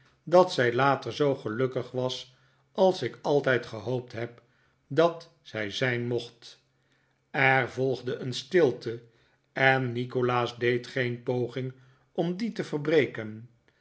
dat zij later zoo gelukkig was als ik altijd gehoopt heb dat zij zijn mocht er volgde een stilte en nikolaas deed geen poging om die te verbreken